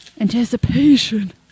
Anticipation